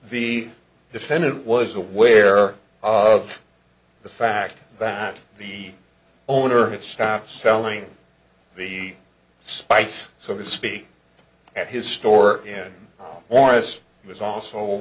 the defendant was aware of the fact that the owner had stopped selling the spite so to speak at his store in horace was also